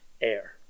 air